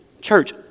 church